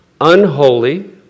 unholy